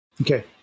Okay